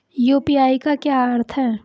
UPI का क्या अर्थ है?